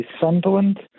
Sunderland